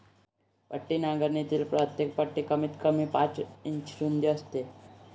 पट्टी नांगरणीतील प्रत्येक पट्टी कमीतकमी पाच इंच रुंद असते